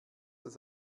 das